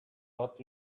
but